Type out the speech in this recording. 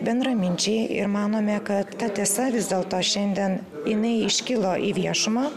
bendraminčiai ir manome kad ta tiesa vis dėlto šiandien jinai iškilo į viešumą